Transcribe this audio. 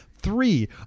Three